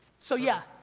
so, yeah,